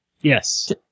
Yes